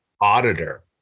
auditor